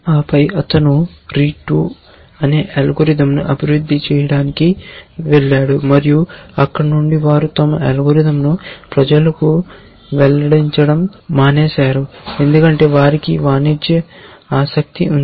ఆపై అతను రీట్ 2 అనే అల్గోరిథంను అభివృద్ధి చేయటానికి వెళ్ళాడు మరియు అక్కడ నుండి వారు తమ అల్గోరిథంను ప్రజలకు వెల్లడించడం మానేస్తారు ఎందుకంటే వారికి వాణిజ్య ఆసక్తి ఉంది